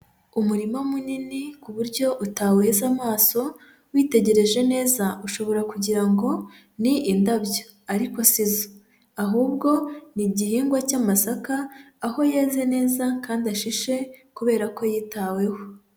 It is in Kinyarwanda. Umurima munini ku buryo utawuheza amaso, witegereje neza ushobora kugira ngo ni indabyo ariko sizo ahubwo ni igihingwa cy'amasaka aho yeze neza kandi ashishe kubera ko yitaweho.